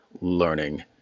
learning